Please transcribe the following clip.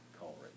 Coleridge